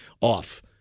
off